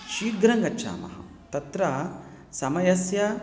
शीघ्रङ्गच्छामः तत्र समयस्य